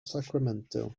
sacramento